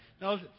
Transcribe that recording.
Now